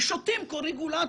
ששותים כל רגולטור?